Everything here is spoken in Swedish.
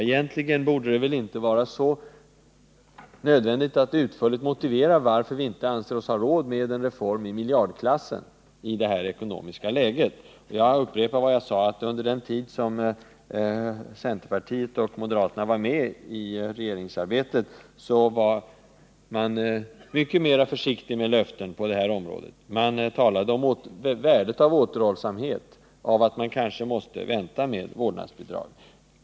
Egentligen borde det inte vara så nödvändigt att utförligt motivera varför vi inte anser oss ha råd med en reform i miljardklassen i det här ekonomiska läget. Jag upprepar vad jag förut sade: Under den tid centerpartiet och moderaterna var med i regeringsarbetet var man mycket mer försiktig med löften på det här området. Man talade om värdet av återhållsamhet och att vi kanske måste vänta med vårdnadsbidrag.